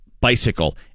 bicycle